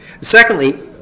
Secondly